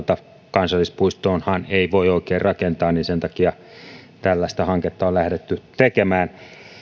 kansallispuistoonhan ei voi oikein rakentaa ja sen takia tällaista hanketta on lähdetty tekemään